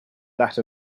that